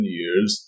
years